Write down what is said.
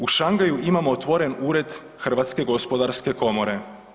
U Shangaju imamo otvoren Ured Hrvatske gospodarske komore.